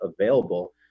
available